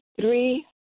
three